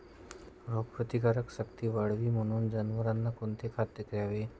रोगप्रतिकारक शक्ती वाढावी म्हणून जनावरांना कोणते खाद्य द्यावे?